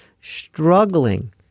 struggling